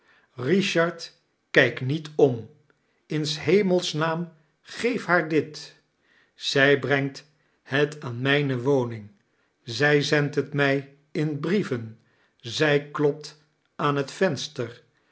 richard kijk niet om in s hemels naain geef haar dit i zij brengt het aan mijne woning zij zendt het mij in brieven zij klopt aan het venster